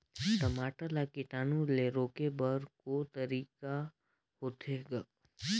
टमाटर ला कीटाणु ले रोके बर को तरीका होथे ग?